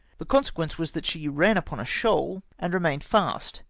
the consequence was that she ran upon a shoal, and re mained fast,